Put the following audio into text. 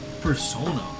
persona